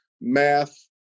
math